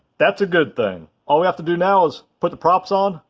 that's a good thing. all we have to do now is put the props on,